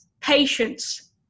patience